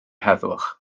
heddwch